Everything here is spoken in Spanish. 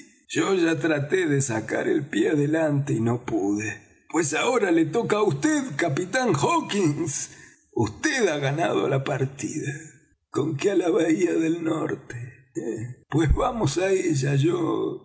yo ya traté de sacar el pie adelante y no pude pues ahora le toca á vd capitán hawkins vd ha ganado la partida conque á la bahía del norte pues vamos á ella yo